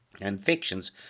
Infections